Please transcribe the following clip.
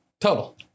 total